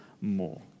more